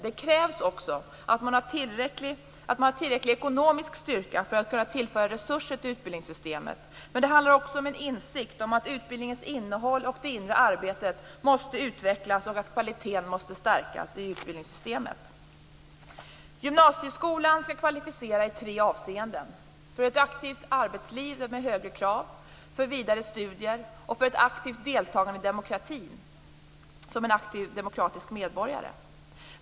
Det krävs också att man har tillräcklig ekonomisk styrka för att kunna tillföra resurser till utbildningssystemet. Men det handlar också om en insikt om att utbildningens innehåll och det inre arbetet måste utvecklas och att kvaliteten måste stärkas i utbildningssystemet. Gymnasieskolan skall kvalificera i tre avseenden: för ett aktivt arbetsliv med högre krav, för vidare studier och för ett aktivt deltagande i demokratin som en aktiv demokratisk medborgare.